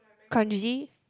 kranji